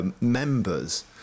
members